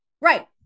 right